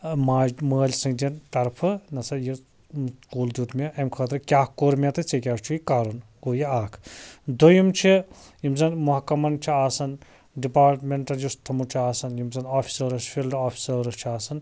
ٲں ماجہِ مٲلۍ سٕنٛدیٚن طرفہٕ نہ سا یُس کُل دیٛوت مےٚ اَمہِ خٲطرٕ کیٛاہ کوٚر مےٚ تہٕ ژےٚ کیٛاہ چھُے کَرُن گوٚو یہِ اکھ دوٚیم چھُ یِم زَن محکمَن چھِ آسان ڈِپاٹمیٚنٹہٕ یُس تَمَن چھُ آسان یِم زَن آفسٲرٕس فیٖلڈ آفسٲرٕس چھِ آسان